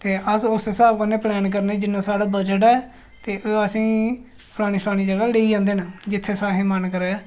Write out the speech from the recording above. ते अस उस स्हाब कन्नै प्लान करने जिन्ना साढ़ा बजट ऐ ते ओह् असेंगी फलानी फलानी जगह लेई जंदे न जित्थै असेंगी मन करै